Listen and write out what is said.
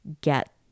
get